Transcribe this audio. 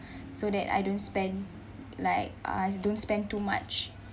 so that I don't spend like uh I don't spend too much